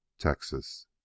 Texas